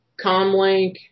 comlink